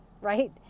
right